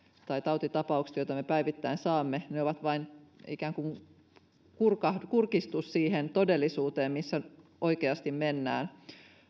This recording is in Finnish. tai tautitapaukset joita me päivittäin saamme ovat vain ikään kuin kurkistus siihen todellisuuteen missä oikeasti mennään